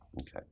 Okay